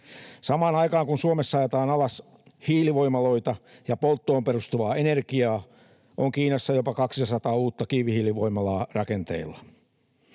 Samaan aikaan, kun Suomessa ajetaan alas hiilivoimaloita ja polttoon perustuvaa energiaa, on Kiinassa jopa 200 uutta kivihiilivoimalaa rakenteilla.